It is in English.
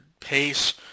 pace